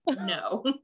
no